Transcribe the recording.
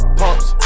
pumps